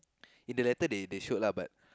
in the letter they they showed lah